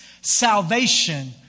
salvation